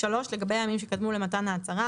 "(3) לגבי הימים שקדמו למתן ההצהרה